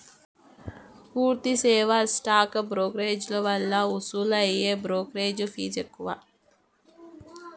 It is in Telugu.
పూర్తి సేవా స్టాక్ బ్రోకర్ల వల్ల వసూలయ్యే బ్రోకెరేజ్ ఫీజ్ ఎక్కువ